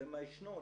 זה מה ישנו.